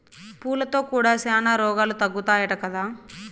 పూలతో కూడా శానా రోగాలు తగ్గుతాయట కదా